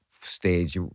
stage